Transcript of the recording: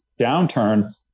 downturn